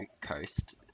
Coast